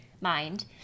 mind